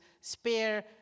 spare